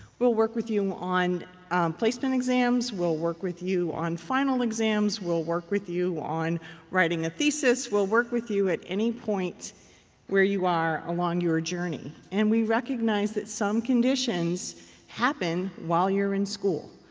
we'll work with you on placement exams. we'll work with you on final exams. we'll work with you on writing a thesis. we'll work with you at any point where you are along your journey. and we recognize that some conditions happen while you're in school.